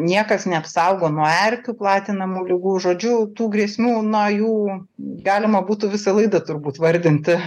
niekas neapsaugo nuo erkių platinamų ligų žodžiu tų grėsmių na jų galima būtų visą laidą turbūt vardinti